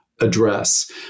Address